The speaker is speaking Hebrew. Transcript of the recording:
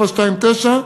ו-4729.